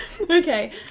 Okay